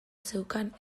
zeukan